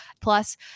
Plus